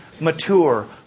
mature